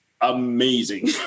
amazing